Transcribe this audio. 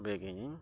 bag